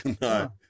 no